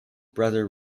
brother